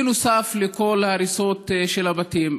בנוסף לכל ההריסות של הבתים.